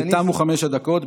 תמו חמש הדקות.